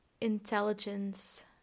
intelligence